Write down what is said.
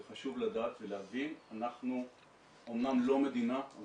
זה חשוב לדעת ולהבין אנחנו אמנם לא מדינה אבל